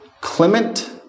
Clement